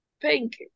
Pink